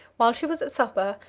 while she was at supper,